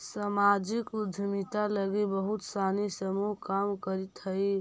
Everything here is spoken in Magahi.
सामाजिक उद्यमिता लगी बहुत सानी समूह काम करित हई